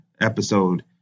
episode